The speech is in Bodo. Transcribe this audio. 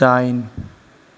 दाइन